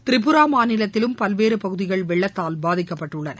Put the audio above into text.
திரிபுரா மாநிலத்திலும் பல்வேறு பகுதிகள் வெள்ளத்தால் பாதிக்கப்பட்டுள்ளன